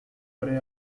breve